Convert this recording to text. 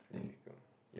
difficult you want to